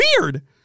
weird